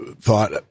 thought